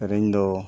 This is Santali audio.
ᱥᱮᱨᱮᱧ ᱫᱚ